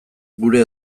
gure